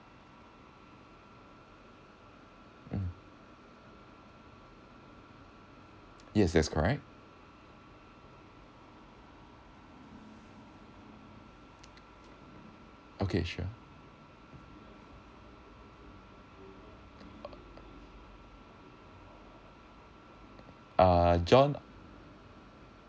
mm yes that's correct okay sure ah john